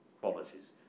qualities